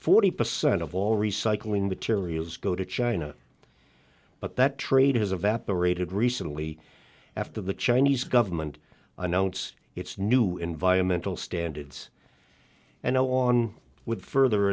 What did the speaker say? forty percent of all recycling materials go to china but that trade has evaporated recently after the chinese government announced its new environmental standards and on with further